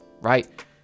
right